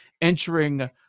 entering